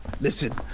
listen